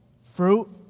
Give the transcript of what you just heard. Fruit